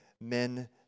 men